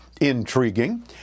intriguing